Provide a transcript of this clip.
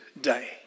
day